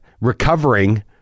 recovering